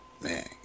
Man